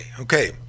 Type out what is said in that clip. okay